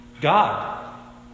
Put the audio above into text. God